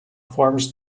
forms